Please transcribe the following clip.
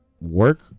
work